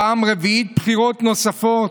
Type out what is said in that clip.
פעם רביעית בחירות נוספות?